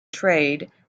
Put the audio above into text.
trade